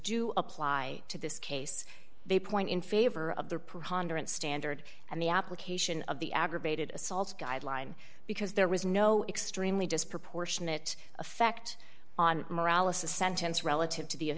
do apply to this case they point in favor of the standard and the application of the aggravated assault guideline because there was no extremely disproportionate effect on morale a sentence relative to the